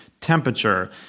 Temperature